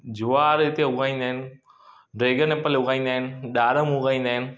ज्वार हिते उॻाईंदा आहिनि ड्रेगन एप्पल उॻाईंदा आहिनि ॾारम उॻाईंदा आहिनि